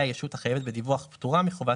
אתם צריכים לעשות עבודת חקר נגדית בשביל להוכיח.